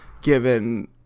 given